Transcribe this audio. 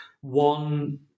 One